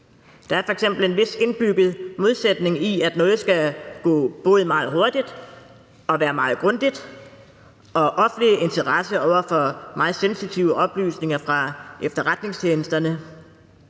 Der er f.eks. en vis indbygget modsætning i, at noget skal gå både meget hurtigt og være meget grundigt og være i offentlig interesse over for meget sensitive oplysninger fra efterretningstjenesterne.